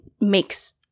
makes